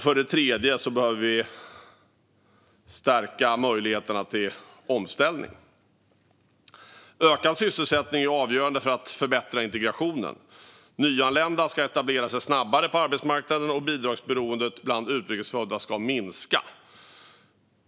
För det tredje behöver vi stärka möjligheterna till omställning. Ökad sysselsättning är avgörande för att förbättra integrationen. Nyanlända ska etablera sig snabbare på arbetsmarknaden, och bidragsberoendet bland utrikes födda ska minska.